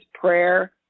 prayer